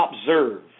observe